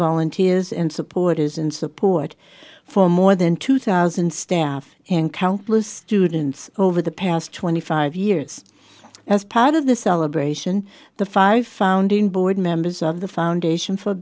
volunteers and supporters in support for more than two thousand staff and countless students over the past twenty five years as part of the celebration the five founding board members of the foundation for